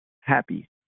happy